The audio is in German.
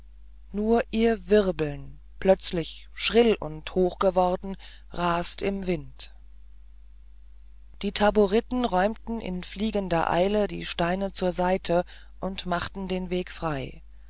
nur ihr wirbeln plötzlich schrill und hoch geworden rast im wind die taboriten räumten in fliegender eile die steine zur seite und machten den weg frei